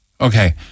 Okay